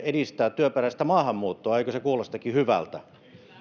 edistää työperäistä maahanmuuttoa eikö se kuulostakin hyvältä